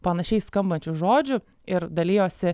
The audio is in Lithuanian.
panašiai skambančių žodžių ir dalijosi